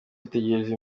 yitegereza